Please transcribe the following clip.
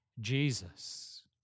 Jesus